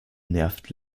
nervt